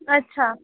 अच्छा